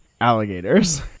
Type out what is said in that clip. alligators